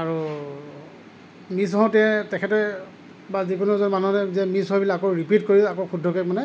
আৰু মিছ হওতে তেখেতে বা যিকোনো এজন মানুহে মিছ হোৱাবিলাকো ৰিপিড কৰি আকৌ শুদ্ধকৈ মানে